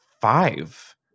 five